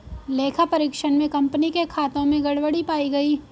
लेखा परीक्षण में कंपनी के खातों में गड़बड़ी पाई गई